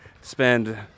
spend